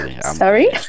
Sorry